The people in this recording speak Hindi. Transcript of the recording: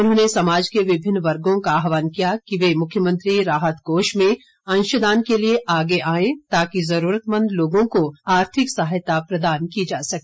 उन्होंने समाज के विभिन्न वर्गों का आह्वान किया कि वह मुख्यमंत्री राहत कोष में अंशदान के लिए आगे आए ताकि ज़रूरतमंद लोगों को आर्थिक सहायता प्रदान की जा सके